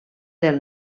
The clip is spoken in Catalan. del